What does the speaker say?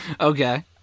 Okay